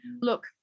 look